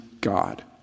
God